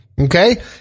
Okay